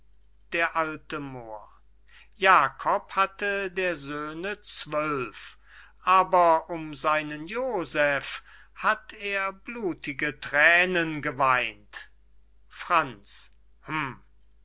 d a moor jakob hatte der söhne zwölf aber um seinen joseph hat er blutige thränen geweint franz hum